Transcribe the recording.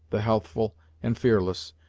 the healthful and fearless,